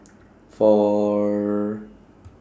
four